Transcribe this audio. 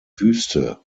wüste